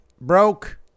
broke